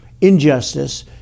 injustice